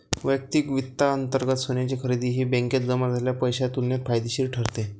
वैयक्तिक वित्तांतर्गत सोन्याची खरेदी ही बँकेत जमा झालेल्या पैशाच्या तुलनेत फायदेशीर ठरते